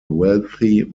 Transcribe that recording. wealthy